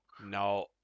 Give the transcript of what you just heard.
No